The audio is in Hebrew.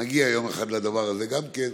נגיע יום אחד לדבר הזה גם כן,